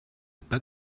pas